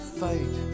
fight